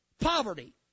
poverty